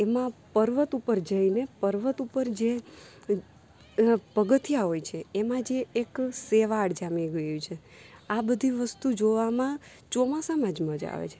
એમાં પર્વત ઉપર જઈને પર્વત ઉપર જે પગથિયાં હોય છે એમાં જે એક શેવાળ જામેલી હોય છે આ બધી વસ્તુ જોવામાં ચોમાસામાં જ મજા આવે છે